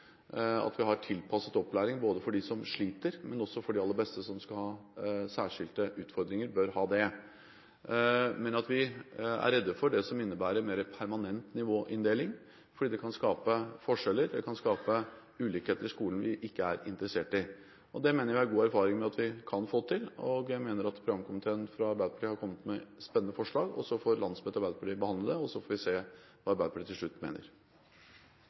som skal ha særskilte utfordringer – det bør de ha. Men vi er redd for det som innebærer en mer permanent nivåinndeling, fordi det kan skape forskjeller, ulikheter i skolen, noe som vi ikke er interessert i. Det mener jeg vi har god erfaring med at vi kan få til. Jeg mener at programkomiteen i Arbeiderpartiet har kommet med spennende forslag. Landsmøtet i Arbeiderpartiet får behandle det, og så får vi se hva Arbeiderpartiet til slutt mener.